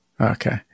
Okay